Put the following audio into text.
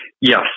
Yes